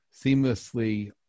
seamlessly